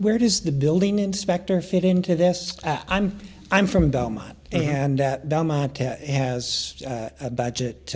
where does the building inspector fit into this i'm i'm from belmont and that has a budget